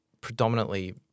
predominantly